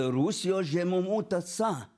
rusijos žemumų tąsa